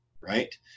right